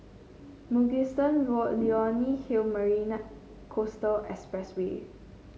Mugliston Road Leonie Hill Marina Coastal Expressway